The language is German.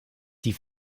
die